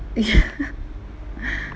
ya